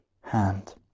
hand